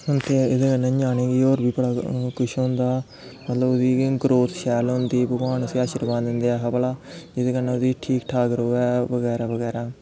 एह्दे कन्नै ञ्यानें गी होर बी कुछ होंदा मतलब ओह्दी ग्रोथ शैल होंदी भगवान उस्सी आशीर्वाद दिंदे भला ओह्दै कन्नै ठीक ठाक र'वै मतलब